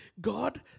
God